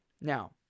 now